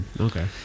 Okay